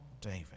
David